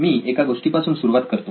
मी एका गोष्टी पासून सुरुवात करतो